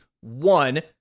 one